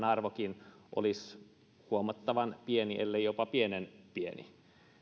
arvokin olisi huomattavan pieni ellei jopa pienenpieni